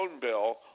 bill